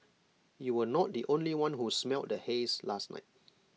you were not the only one who smelled the haze last night